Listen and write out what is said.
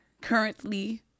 currently